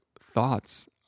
thoughts